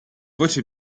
voce